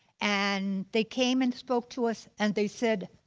and they came and spoke to us, and they said,